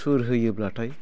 सुर होयोब्लाथाय